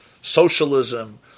socialism